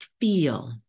feel